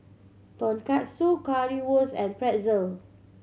Tonkatsu Currywurst and Pretzel